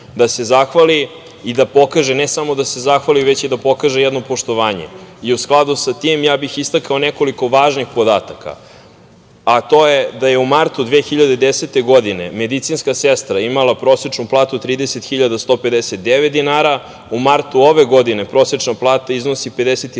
da se zahvali i da pokaže, ne samo da se zahvali, već i da pokaže jedno poštovanje. U skladu sa tim ja bih istakao nekoliko važnih podataka, a to je da je u martu 2010. godine medicinska sestra imala prosečnu platu 30.159 dinara, u martu ove godine prosečna plata iznosi